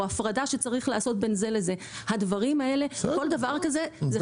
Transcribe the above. או הפרדה שצריך לעשות כל דבר כזה זה חסם.